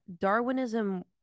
Darwinism